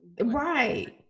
Right